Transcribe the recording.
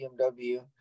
BMW